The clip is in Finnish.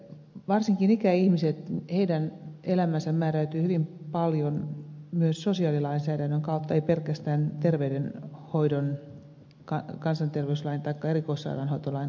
varsinkin ikäihmisten elämä määräytyy hyvin paljon myös sosiaalilainsäädännön kautta ei pelkästään terveydenhoidon kansanterveyslain taikka erikoissairaanhoitolain kautta